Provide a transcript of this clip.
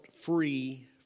free